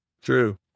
true